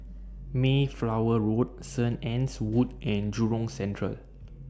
Mayflower Road Saint Anne's Wood and Jurong Central